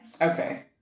Okay